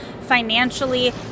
financially